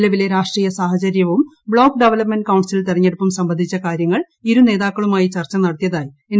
നിലവിലെരാഷ്ട്രീയ സാഹചര്യവും block development council തെരഞ്ഞെടുപ്പും സംബന്ധിച്ച കാര്യങ്ങൾ ഇരുനേതാക്കളുമായി ചർച്ച നടത്തിയതായി എൻ